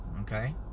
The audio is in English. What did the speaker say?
Okay